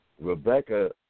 Rebecca